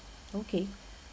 okay